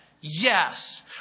Yes